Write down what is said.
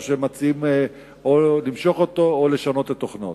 שהם מציעים או למשוך אותו או לשנות את תוכנו.